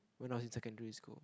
when I was in secondary school